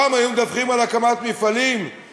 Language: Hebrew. פעם היו מדווחים על הקמת מפעלים,